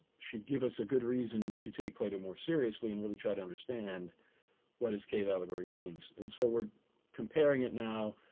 should give us a good reason to take plato more seriously and really try to understand what his cave allegory means. and so we're comparing it now,